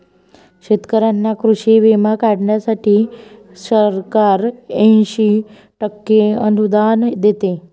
शेतकऱ्यांना कृषी विमा काढण्यासाठी सरकार ऐंशी टक्के अनुदान देते